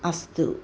अस्तु